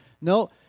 No